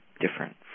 different